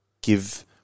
give